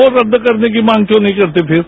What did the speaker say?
वो रद्द करने की मांग क्यों नहीं करते फिर